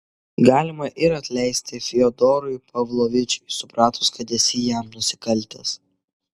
galima ir atleisti fiodorui pavlovičiui supratus kad esi jam nusikaltęs